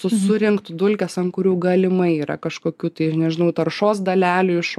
su surinktų dulkes ant kurių galimai yra kažkokių tai ir nežinau taršos dalelių iš